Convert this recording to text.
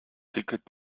ticket